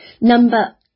Number